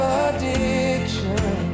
addiction